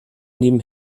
neben